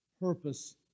purpose